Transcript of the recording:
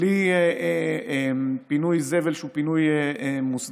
בלי פינוי זבל שהוא פינוי מוסדר,